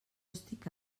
estic